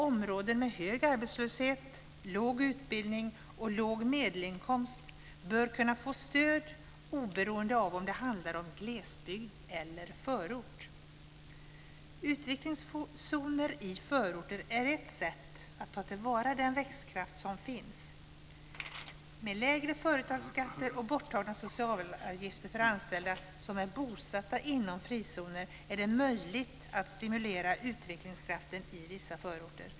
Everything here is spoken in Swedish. Områden med hög arbetslöshet, låg utbildning och låg medelinkomst bör kunna få stöd oberoende av om det handlar om glesbygd eller förort. Utvecklingszoner i förorter är ett sätt att ta till vara den växtkraft som finns. Med lägre företagsskatter och borttagna socialavgifter för anställda som är bosatta inom frizoner är det möjligt att stimulera utvecklingskraften i vissa förorter.